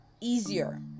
easier